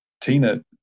Tina